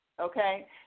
Okay